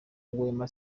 wema